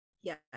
Yes